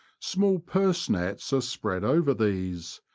small purse nets are spread over these,